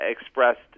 expressed